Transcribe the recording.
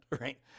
Right